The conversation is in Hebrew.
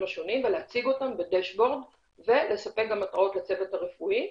השונים ולהציג אותם בדשבורד ולספק גם התראות לצוות הרפואי.